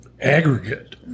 aggregate